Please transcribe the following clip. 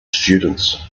students